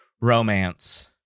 romance